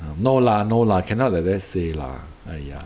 um no lah no lah cannot like that say lah !aiya!